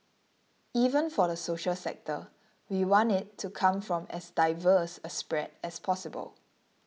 even for the social sector we want it to come from as diverse a spread as possible